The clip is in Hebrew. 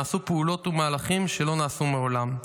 נעשו פעולות ומהלכים שלא נעשו מעולם.